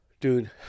Dude